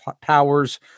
powers